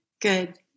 good